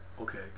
Okay